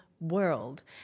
world